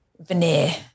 veneer